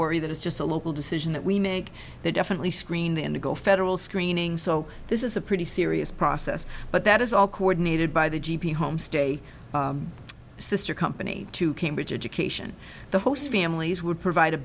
worry that it's just a local decision that we make they definitely screen the indigo federal screening so this is a pretty serious process but that is all coordinated by the g p homestay sister company to cambridge education the host families would provide a